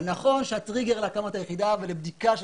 נכון שהטריגר להקמת היחידה ולבדיקה של